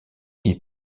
ils